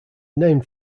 named